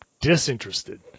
disinterested